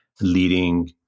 leading